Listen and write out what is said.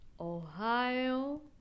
Ohio